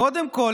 קודם כול,